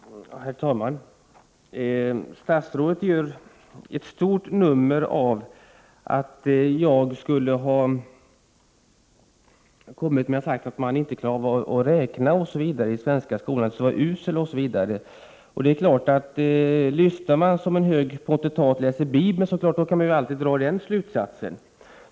Herr talman! Statsrådet gör ett stort nummer av att jag skulle ha sagt att eleverna i den svenska skolan inte klarar av att räkna, att skolan är usel, osv. Det är klart att lyssnar man på samma sätt som en hög potentat läser bibeln, kan man alltid dra den slutsatsen.